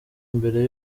mbere